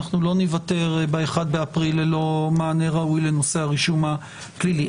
אנחנו לא ניוותר ב-1 באפריל ללא מענה ראוי לנושא הרישום הפלילי.